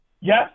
Yes